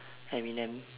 eminem